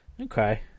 Okay